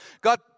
God